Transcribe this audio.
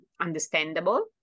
understandable